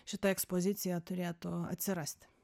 šita ekspozicija turėtų atsirasti